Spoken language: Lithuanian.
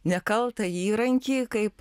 nekaltą įrankį kaip